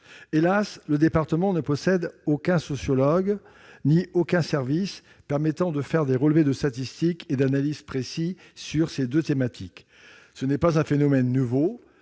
Hélas, le département ne possède aucun sociologue ni aucun service permettant de faire des relevés de statistiques et d'analyses précis sur ces deux thématiques. Ce n'est pas un phénomène nouveau,